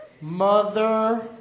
mother